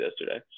yesterday